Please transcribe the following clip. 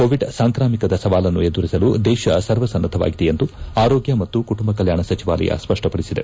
Covid ಸಾಂಕ್ರಾಮಿಕದ ಸವಾಲನ್ನು ಎದುರಿಸಲು ದೇಶ ಸರ್ವ ಸನ್ನದ್ಧವಾಗಿದೆ ಎಂದು ಆರೋಗ್ಯ ಮತ್ತು ಕುಟುಂಬ ಕಲ್ಕಾಣ ಸಚಿವಾಲಯ ಸ್ಪಷ್ಟವಡಿಸಿದೆ